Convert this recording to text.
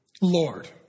Lord